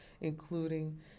including